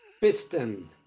piston